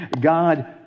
God